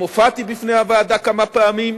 וגם הופעתי בפני הוועדה כמה פעמים